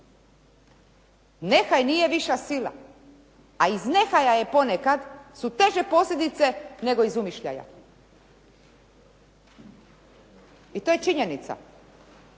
Nehaj nije viša sila, a iz nehaja je ponekad su teže posljedice nego iz umišljaja. I to je činjenica.